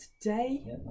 today